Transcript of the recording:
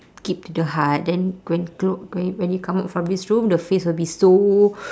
keep to the heart then when cl~ when when you come out from this room the face will be so